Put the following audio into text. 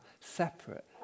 separate